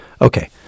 Okay